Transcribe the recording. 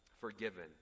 forgiven